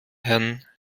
herrn